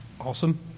Awesome